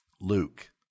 Luke